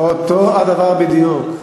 אותו הדבר בדיוק.